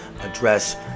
address